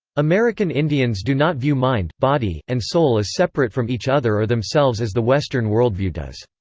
american indians do not view mind, body, and soul as separate from each other or themselves as the western worldview does.